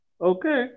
Okay